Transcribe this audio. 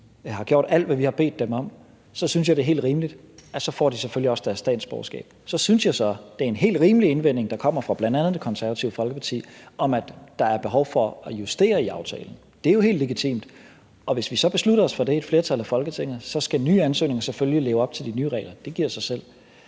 har gjort alt, hvad vi har bedt dem om – så synes jeg selvfølgelig også, det er helt rimeligt, at de får deres statsborgerskab. Så synes jeg så, det er en helt rimelig indvending, der kommer fra bl.a. Det Konservative Folkeparti, om, at der er behov for at justere i aftalen. Det er jo helt legitimt, og hvis vi så i et flertal af Folketinget beslutter os for det, skal nye ansøgninger selvfølgelig leve op til de nye regler. Det giver sig selv.